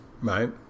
Right